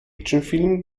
actionfilm